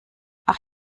ach